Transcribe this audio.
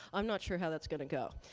i'm not sure how that's going to go.